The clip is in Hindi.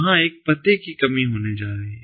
वहाँ एक पते की कमी होने जा रही है